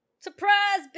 Surprise